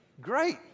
Great